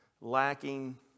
lacking